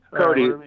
Cody